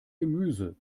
gemüse